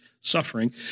suffering